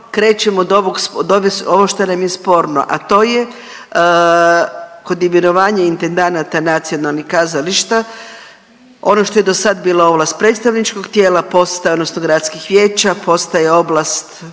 krećem od ovog, ovo što nam je sporno, a to je kod imenovanja intendanata nacionalnih kazališta ono što je dosada bila oblast predstavničkog tijela postaje odnosno gradskih vijeća postaje oblast